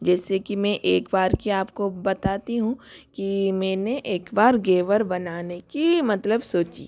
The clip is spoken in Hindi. जैसे कि मैं एक बार की आपको बताती हूँ की मैंने एक बार घेवर बनाने की मतलब सोची